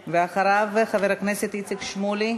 ואחריו, חבר הכנסת איציק שמולי.